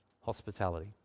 hospitality